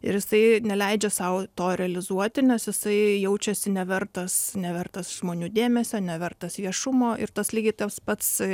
ir jisai neleidžia sau to realizuoti nes jisai jaučiasi nevertas nevertas žmonių dėmesio nevertas viešumo ir tas lygiai tas pats